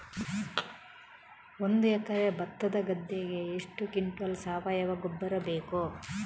ಒಂದು ಎಕರೆ ಭತ್ತದ ಗದ್ದೆಗೆ ಎಷ್ಟು ಕ್ವಿಂಟಲ್ ಸಾವಯವ ಗೊಬ್ಬರ ಬೇಕು?